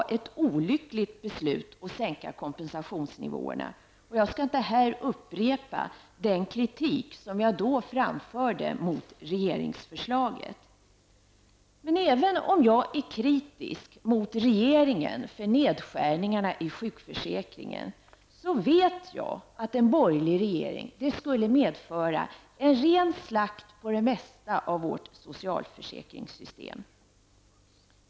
Beslutet att sänka kompensationsnivåerna var olyckligt, och jag skall inte här upprepa den kritik som jag då framförde mot regeringsförslaget. Men även om jag är kritisk mot regeringen för nedskärningarna i sjukförsäkringen vet jag att en borgerlig regering skulle medföra en ren slakt på det mesta av vårt socialförsäkringssystem.